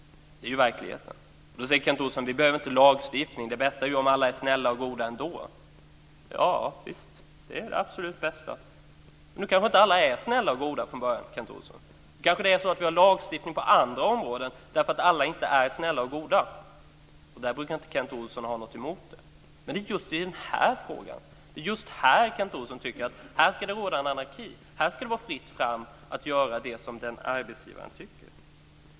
Det är ju verkligheten. Då säger Kent Olsson att vi inte behöver någon lagstiftning och att det bästa ju är om alla är snälla och goda ändå. Ja, det är det absolut bästa. Men nu kanske inte alla är snälla och goda från början, Kent Olsson. Det kanske är så att vi har lagstiftning på andra områden därför att alla inte är snälla och goda. Där brukar inte Kent Olsson ha något emot det. Men det är just i denna fråga som Kent Olsson tycker att det ska råda anarki och vara fritt fram att göra det som arbetsgivaren tycker.